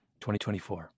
2024